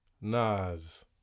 Nas